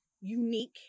unique